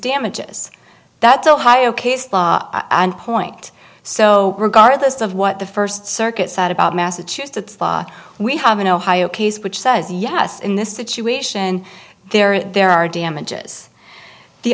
damages that's ohio case and point so regardless of what the first circuit said about massachusetts law we have an ohio case which says yes in this situation there are there are damages the